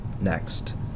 next